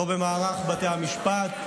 לא במערך בתי המשפט.